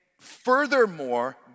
furthermore